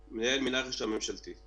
רצינו לנצל את המצב הזה ואת הזמן הזה